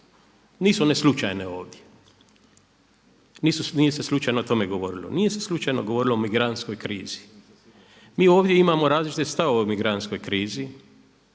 nisu one slučajne ovdje, nije se slučajno o tome govorilo, nije se slučajno govorili o migrantskoj krizi. Mi ovdje imamo različite stavove o migrantskoj krizi